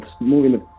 moving